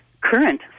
current